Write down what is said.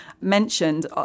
mentioned